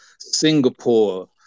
Singapore